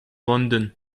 london